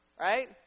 right